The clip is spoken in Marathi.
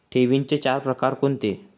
ठेवींचे चार प्रकार कोणते?